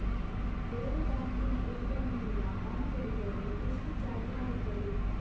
ಬೇರೆ ಬ್ಯಾಂಕಿನ ಎ.ಟಿ.ಎಂ ನಿಂದ ಹಣ ತೆಗೆದರೆ ಎಷ್ಟು ಚಾರ್ಜ್ ಆಗುತ್ತದೆ?